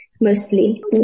mostly